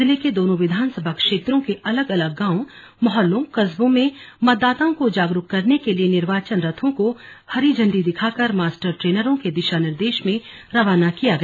जिले के दोनों विधानसभा क्षेत्रों के अलग अलग गांवों मोहल्लों कस्बों में मतदाताओं को जागरूक करने के लिए निर्वाचन रथों को हरी झन्डी दिखाकर मास्टर ट्रेनरों के दिशा निर्देश में रवाना किया गया